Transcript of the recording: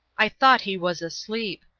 i thought he was asleep.